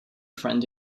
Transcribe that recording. friend